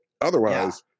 Otherwise